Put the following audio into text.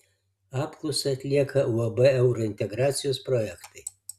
apklausą atlieka uab eurointegracijos projektai